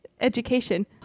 education